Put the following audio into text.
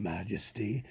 Majesty